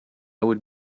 would